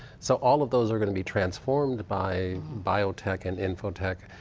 so all of those are going to be transformed by biotech and info tech.